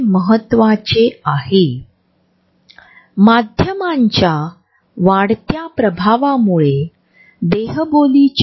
proxemics स्थानिक संबंधांचे वर्णन देखील करतात ज्यामध्ये विविध संस्कृतीतील व्यक्तींमध्ये किंवा दिलेल्या संस्कृतीत विविध प्रकारचे सामाजिक प्रसंग असतात